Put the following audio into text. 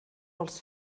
als